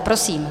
Prosím.